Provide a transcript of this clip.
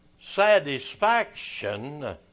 satisfaction